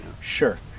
sure